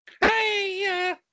Hey